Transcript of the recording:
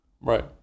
Right